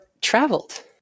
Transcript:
traveled